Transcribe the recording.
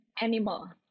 animal